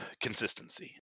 consistency